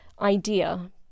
idea